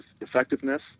effectiveness